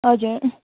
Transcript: हजुर